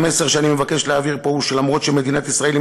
המסר שאני מבקש להעביר פה הוא שלמרות העובדה שמדינת ישראל היא